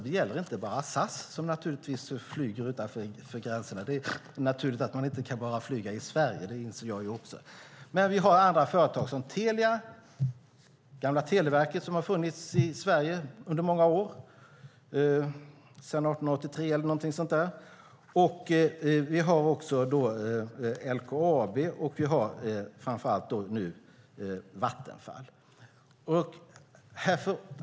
Det gäller inte bara SAS, som naturligtvis flyger utanför Sveriges gränser; det är naturligt att man inte kan flyga enbart inom Sverige, det inser även jag. Vi har företag som Telia, det gamla Televerket, som funnits i Sverige under många år, sedan 1883 eller något sådant. Vi har LKAB och framför allt Vattenfall.